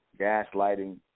Gaslighting